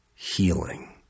healing